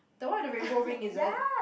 the one with the rainbow ring is it